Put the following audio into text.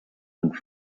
and